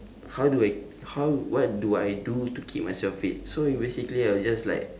how do I how what do I do to keep myself fit so basically I will just like